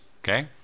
okay